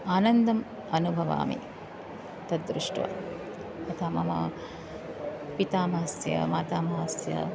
आनन्दम् अनुभवामि तद्दृष्ट्वा अतः मम पितामहस्य मातामहस्य